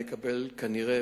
נראה,